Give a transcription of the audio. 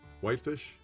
whitefish